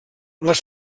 les